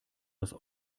das